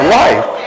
life